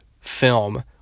film